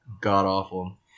god-awful